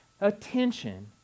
attention